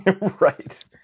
Right